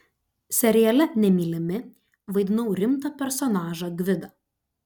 seriale nemylimi vaidinau rimtą personažą gvidą